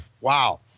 wow